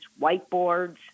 whiteboards